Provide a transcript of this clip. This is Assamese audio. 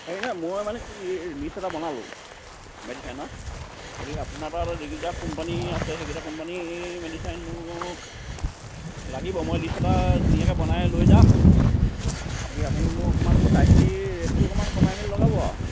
হেৰি ন মই মানে কি লিষ্ট এটা বনালোঁ মেডিচাইনৰ গতিকে আপোনাৰ তাত যিকিটা কোম্পানী আছে সেইকেইটা কোম্পানীৰ মেডিচাইন মোক লাগিব মই লিষ্ট এটা ধুনীয়াকে বনাই লৈ যাম গতিকে আপুনি মোক অকণমান চাই চিতি ৰেটটো অকণমান কমাই মেলি লগাব